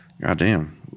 goddamn